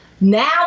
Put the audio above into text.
Now